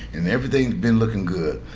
and everything's been looking good.